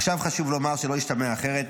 עכשיו חשוב לומר, שלא ישתמע אחרת,